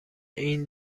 این